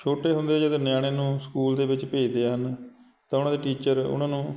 ਛੋਟੇ ਹੁੰਦੇ ਜਦੋਂ ਨਿਆਣੇ ਨੂੰ ਸਕੂਲ ਦੇ ਵਿੱਚ ਭੇਜਦੇ ਹਨ ਤਾਂ ਉਹਨਾਂ ਦੇ ਟੀਚਰ ਉਹਨਾਂ ਨੂੰ